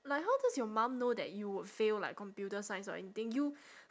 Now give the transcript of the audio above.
like how does your mum know that you would fail like computer science or anything you